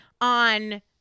on